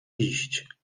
iść